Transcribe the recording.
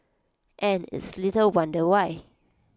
and it's little wonder why